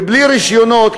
ובלי רישיונות,